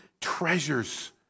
treasures